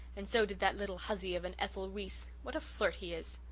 and so did that little hussy of an ethel reese. what a flirt he is!